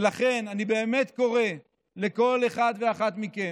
ולכן אני באמת קורא לכל אחד ואחת מכם: